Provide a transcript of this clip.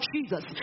Jesus